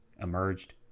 emerged